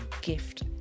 gift